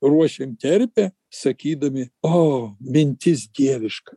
ruošėm terpę sakydami o mintis dieviška